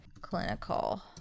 clinical